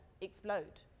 explode